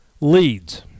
leads